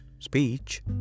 speech